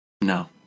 No